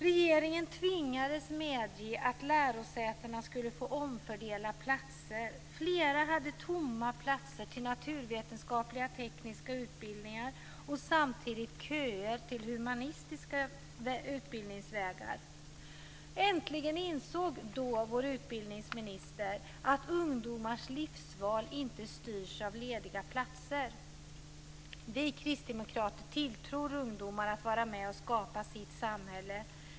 Regeringen tvingades medge att lärosätena skulle få omfördela platser. Flera hade tomma platser till naturvetenskaplig-teknisk utbildning och samtidigt köer till humanistiska utbildningsvägar. Äntligen insåg vår utbildningsminister att ungdomars livsval inte styrs av lediga platser. Vi kristdemokrater tilltror ungdomar att vara med och skapa sitt samhälle.